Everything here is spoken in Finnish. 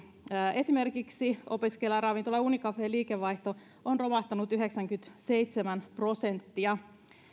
esimerkiksi opiskelijaravintola unicafen liikevaihto on romahtanut yhdeksänkymmentäseitsemän prosenttia